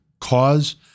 cause